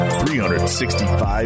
365